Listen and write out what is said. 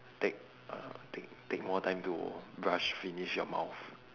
take uh take take more time to brush finish your mouth